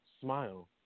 smile